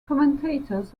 commentators